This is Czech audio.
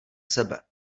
sebe